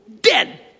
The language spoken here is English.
dead